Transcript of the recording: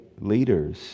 leaders